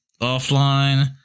offline